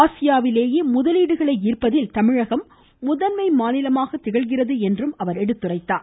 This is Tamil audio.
ஆசியாவிலேயே முதலீடுகளை ஈர்ப்பதில் தமிழகம் முதன்மை மாநிலமாக திகழ்கிறது என்றும் அவர் எடுத்துரைத்தார்